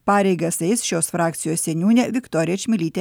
pareigas eis šios frakcijos seniūnė viktorija čmilytė